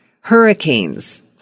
hurricanes